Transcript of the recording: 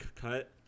cut